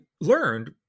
learned